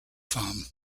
farm